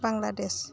Bangladesh